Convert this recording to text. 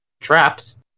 traps